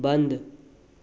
बंद